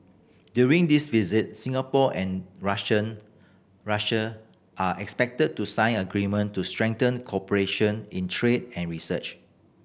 during this visit Singapore and Russian Russia are expected to sign agreement to strengthen cooperation in trade and research